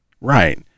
Right